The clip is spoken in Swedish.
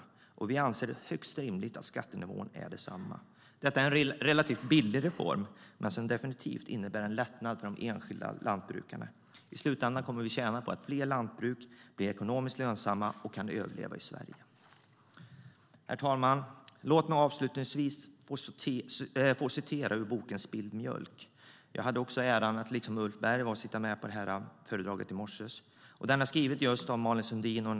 Vi anser därför att det är högst rimligt att skattenivån är densamma. Detta är en relativt billig reform men som definitivt innebär en lättnad för de enskilda lantbrukarna. I slutänden kommer vi också att tjäna på att fler lantbruk blir ekonomiskt lönsamma och kan överleva i Sverige. Herr talman! Låt mig avslutningsvis citera ur boken Spilld m jölk skriven av Malin Sundin och en anonym bonde. Jag hade liksom Ulf Berg äran att vara med på föredraget i morse.